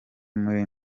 muri